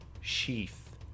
sheath